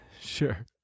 Sure